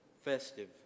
festive